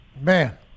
man